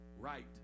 Right